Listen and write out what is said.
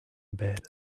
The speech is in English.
bed